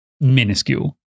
minuscule